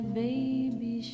baby